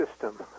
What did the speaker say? system